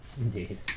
Indeed